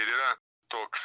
ir yra toks